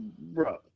bro